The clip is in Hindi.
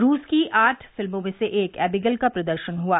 रूस की आठ फिल्मों में से एक अबीगेल का प्रदर्शन हुआ